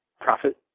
profit